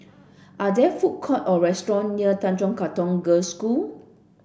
are there food court or restaurant near Tanjong Katong Girls' School